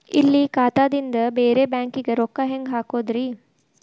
ಇಲ್ಲಿ ಖಾತಾದಿಂದ ಬೇರೆ ಬ್ಯಾಂಕಿಗೆ ರೊಕ್ಕ ಹೆಂಗ್ ಹಾಕೋದ್ರಿ?